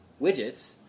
widgets